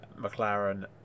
McLaren